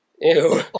Ew